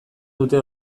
dute